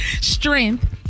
strength